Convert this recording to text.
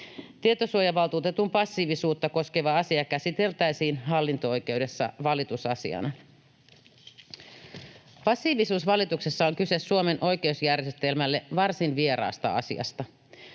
Tietosuojavaltuutetun passiivisuutta koskeva asia käsiteltäisiin hallinto-oikeudessa valitusasiana. Passiivisuusvalituksessa on kyse Suomen oikeusjärjestelmälle varsin vieraasta asiasta.